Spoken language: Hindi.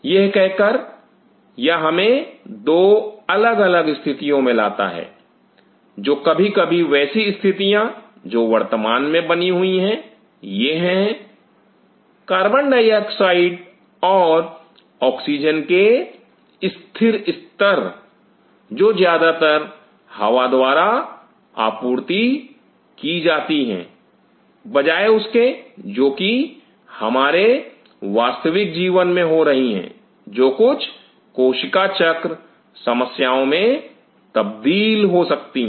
यह कह कर यह हमें दो अलग अलग स्थितियों में लाता है जो कभी कभी वैसी स्थितियाँ जो वर्तमान में बनी हुई हैं यह हैं कार्बन डाइऑक्साइड और ऑक्सीजन के स्थिर स्तर जो ज्यादातर हवा द्वारा आपूर्ति की जाती हैं बजाए उसके जो कि हमारे वास्तविक जीवन में हो रही हैं जो कुछ कोशिका चक्र समस्याओं में तब्दील हो सकती हैं